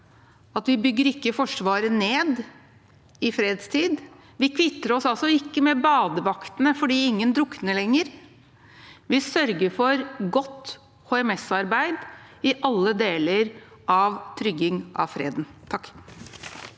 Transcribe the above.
bygger ned Forsvaret i fredstid. Vi kvitter oss altså ikke med badevaktene fordi ingen drukner lenger. Vi sørger for godt HMS-arbeid i alle deler av trygging av freden.